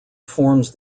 forms